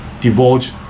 divulge